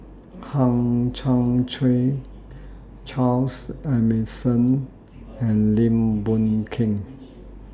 Hang Chang Chieh Charles Emmerson and Lim Boon Keng